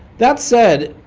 that said,